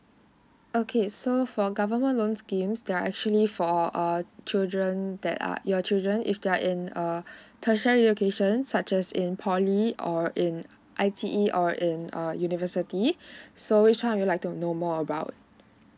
okay so for government loans schemes they are actually for err children that are your children if they are in err tertiary locations such as in poly or in I_T_E or in a university so which one would you like to know more about